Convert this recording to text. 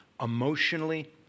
emotionally